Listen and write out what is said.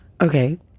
Okay